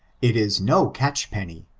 it is no catch penny,